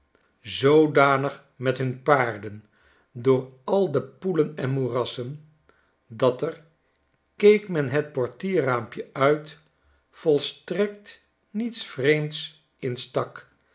zoodanig met hun paarden door al de poelen en moerassen dat er keek men het portierraampje uit volstrekt niets vreemds in stak